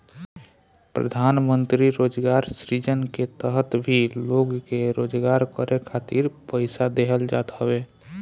प्रधानमंत्री रोजगार सृजन के तहत भी लोग के रोजगार करे खातिर पईसा देहल जात हवे